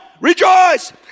rejoice